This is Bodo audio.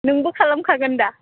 नोंबो खालामखागोन दा